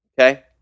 okay